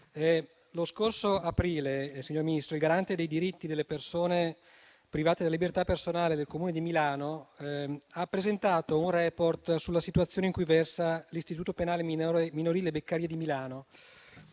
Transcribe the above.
Ministro, il Garante dei diritti delle persone private della libertà personale del Comune di Milano ha presentato un *report* sulla situazione in cui versa l'istituto penale per i minorenni «Beccaria» di Milano,